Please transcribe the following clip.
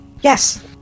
Yes